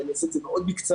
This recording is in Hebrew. אבל אני אוסיף מאוד בקצרה.